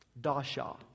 dasha